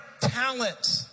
talents